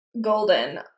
golden